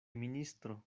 ministro